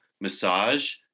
massage